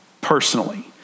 personally